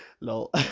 lol